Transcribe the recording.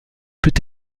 peut